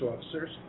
officers